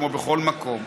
כמו בכל מקום.